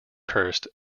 cursed